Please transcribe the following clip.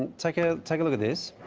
take a take a look at this.